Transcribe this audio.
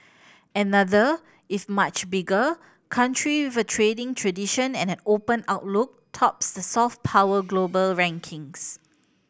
another if much bigger country trading tradition and an open outlook tops the soft power global rankings